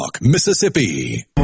Mississippi